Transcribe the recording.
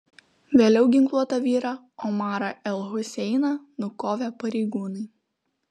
vėliau ginkluotą vyrą omarą el huseiną nukovė pareigūnai